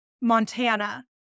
Montana